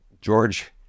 George